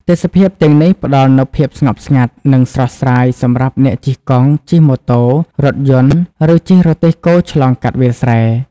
ទេសភាពទាំងនេះ ផ្ដល់នូវភាពស្ងប់ស្ងាត់ និងស្រស់ស្រាយសម្រាប់អ្នកជិះកង់ ជិះម៉ូតូ រថយន្ត ឬជិះរទេះគោឆ្លងកាត់វាលស្រែ។